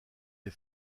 les